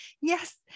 yes